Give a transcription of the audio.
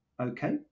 Okay